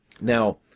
Now